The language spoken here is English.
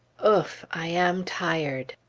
ouf! i am tired!